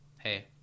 hey